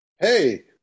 Hey